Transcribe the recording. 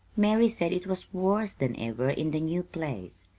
mary said it was worse than ever in the new place.